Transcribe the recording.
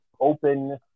open